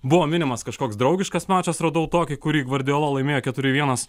buvo minimas kažkoks draugiškas mačas rodau tokį kurį gvardiola laimėjo keturi vienas